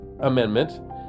amendment